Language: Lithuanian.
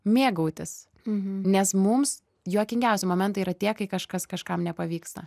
mėgautis nes mums juokingiausi momentai yra tie kai kažkas kažkam nepavyksta